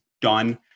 done